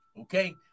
Okay